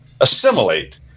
assimilate